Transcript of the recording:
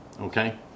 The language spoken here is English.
okay